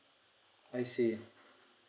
I see